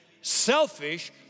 selfish